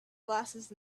glasses